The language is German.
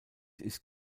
ist